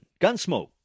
Gunsmoke